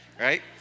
right